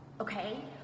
Okay